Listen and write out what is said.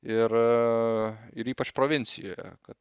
ir ir ypač provincijoje kad